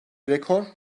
rekor